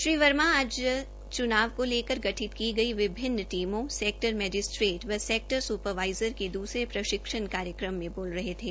श्री वर्मा आज चुनाव को लेकर गठित की गई विभिन्न टीमों सेक्टर मजिस्ट्रेट व सेक्टर सुपरवाइजर के दूसरे प्रशिक्षण कार्यक्रम में बोल रहे थे